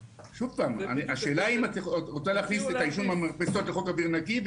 השאלה היא אם את רוצה להכניס את העישון במרפסות לחוק אוויר נקי.